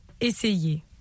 Essayez